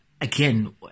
again